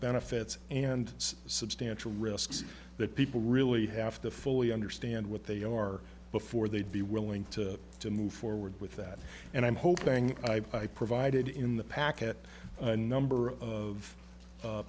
benefits and substantial risks that people really have to fully understand what they are before they'd be willing to to move forward with that and i'm hoping i provided in the packet a number of